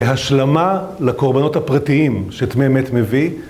כהשלמה לקורבנות הפרטיים שטמא מת מביא